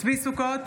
צבי ידידיה סוכות,